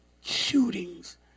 shootings